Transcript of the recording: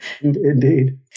Indeed